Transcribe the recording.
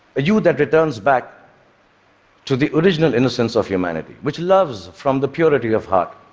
a you that returns back to the original innocence of humanity, which loves from the purity of heart,